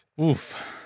Oof